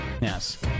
Yes